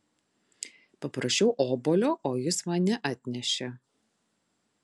paprašiau obuolio o jis man neatnešė